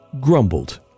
grumbled